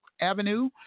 Avenue